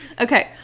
Okay